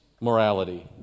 morality